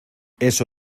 eso